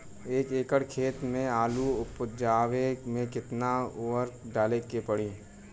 एक एकड़ खेत मे आलू उपजावे मे केतना उर्वरक डाले के पड़ी?